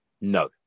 No